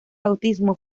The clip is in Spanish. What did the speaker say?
bautismo